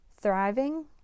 thriving